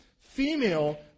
female